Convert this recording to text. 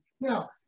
Now